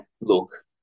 look